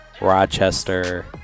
Rochester